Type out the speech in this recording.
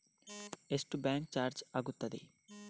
ಎಷ್ಟು bank charge ಆಗುತ್ತದೆ?